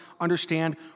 understand